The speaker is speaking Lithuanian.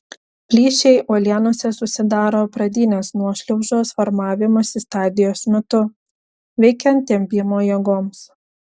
plyšiai uolienose susidaro pradinės nuošliaužos formavimosi stadijos metu veikiant tempimo jėgoms